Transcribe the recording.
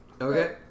Okay